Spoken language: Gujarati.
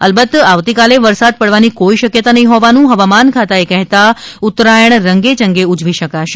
અલબત આવતીકાલે વરસાદ પાડવાની કોઈ શક્યતા નહીં હોવાનું હવામાન ખાતા એ કહેતા ઉત્તરાયણ રંગે ચંગે ઉજવી શકાશે